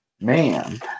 Man